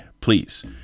please